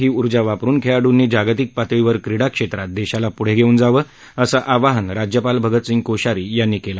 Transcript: ही ऊर्जा वापरून खेळाडूंनी जागतिक पातळीवर क्रीडा क्षेत्रात देशाला प्ढे घेऊन जावं असं आवाहन राज्यपाल भगतसिंह कोश्यारी यांनी केलं